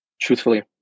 truthfully